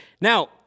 now